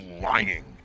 lying